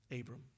Abram